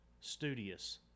Studious